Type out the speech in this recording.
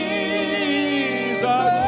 Jesus